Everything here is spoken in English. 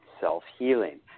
self-healing